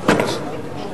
בבקשה.